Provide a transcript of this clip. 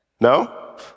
No